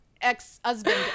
ex-husband